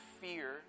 fear